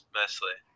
mostly